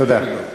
תודה.